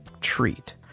treat